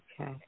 okay